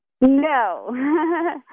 No